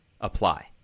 apply